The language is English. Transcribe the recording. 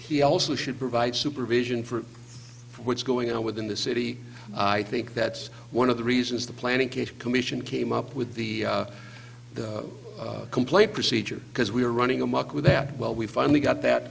he also should provide supervision for what's going on within the city i think that's one of the reasons the planning commission came up with the complaint procedure because we were running amok with that well we finally got that